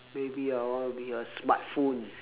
maybe I want to be a smart phone